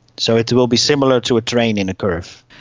so it it will be similar to a train in a curve.